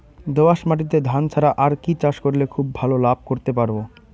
দোয়াস মাটিতে ধান ছাড়া আর কি চাষ করলে খুব ভাল লাভ করতে পারব?